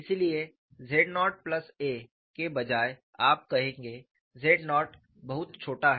इसलिए z nought plus a Z0a के बजाय आप कहेंगे z नॉट बहुत छोटा है